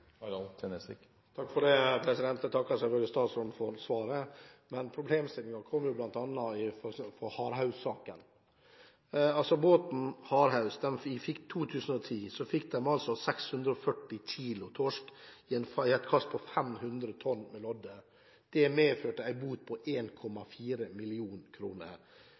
Jeg takker selvfølgelig statsråden for svaret, men problemstillingen kommer bl.a. fra Hardhaus-saken. I 2010 fikk båten «Hardhaus» 640 kg torsk i et kast på 500 tonn med lodde. Det medførte en bot på